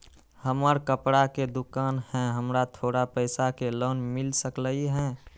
हमर कपड़ा के दुकान है हमरा थोड़ा पैसा के लोन मिल सकलई ह?